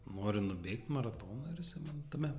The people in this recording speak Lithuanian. noriu nubėgt maratoną ir jisai man tame